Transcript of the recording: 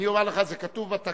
אני אומר לך את זה, זה כתוב בתקנון.